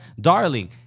darling